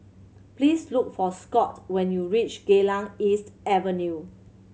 please look for Scott when you reach Geylang East Avenue